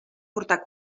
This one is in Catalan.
portar